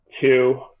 two